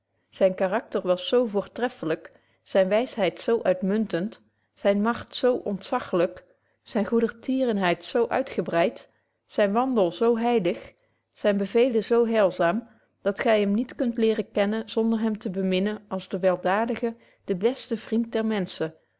zyn karakter was zo voortreffelyk zyne wysheid zo uitmuntend zyne macht zo ontzachlyk zyne goedertierenheid zo uitgebreid zyn wandel zo heilig zyne bevelen zo heilzaam dat gy hem niet zult leren kennen zonder hem te beminnen als de weldaadige de beste vriend der menschen